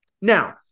Now